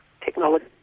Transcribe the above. technology